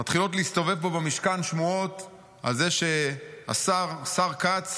מתחילות להסתובב פה במשכן שמועות על זה שהשר כץ,